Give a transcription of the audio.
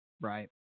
Right